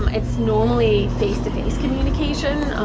um it's normally face-to-face communication,